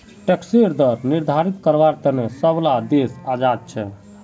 टैक्सेर दर निर्धारित कारवार तने सब ला देश आज़ाद छे